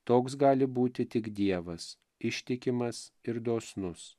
toks gali būti tik dievas ištikimas ir dosnus